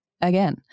again